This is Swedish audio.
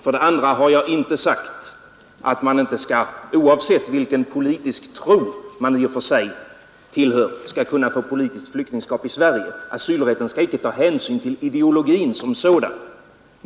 Jag har inte sagt att man inte, oavsett vilken politisk tro man i och för sig har, skall kunna få politiskt flyktingskap i Sverige. Asylrätten skall inte ta hänsyn till ideologin som sådan.